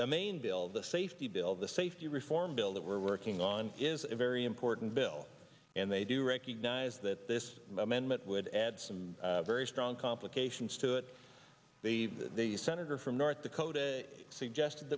the main bill the safety bill the safety reform bill that we're working on is a very important bill and they do recognize that this amendment would add some very strong complications to it they the senator from north dakota suggested